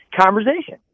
conversation